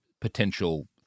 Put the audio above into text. potential